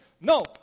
No